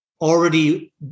already